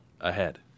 ahead